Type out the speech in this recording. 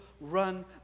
run